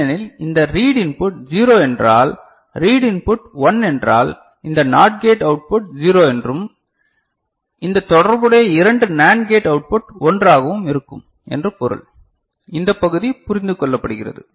ஏனெனில் இந்த read input 0 என்றால் ரீட் இன்புட் 1 என்றால் இந்த NOT கேட் அவுட்புட் 0 என்றும் இந்த தொடர்புடைய இரண்டு NAND கேட் அவுட்புட் 1 ஆக இருக்கும் என்றும் பொருள் இந்த பகுதி புரிந்து கொள்ளப்படுகிறது